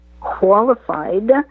qualified